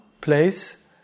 place